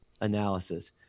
analysis